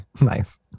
Nice